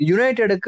United